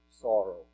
sorrow